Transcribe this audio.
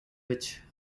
which